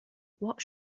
what